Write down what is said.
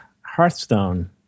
Hearthstone